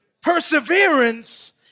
perseverance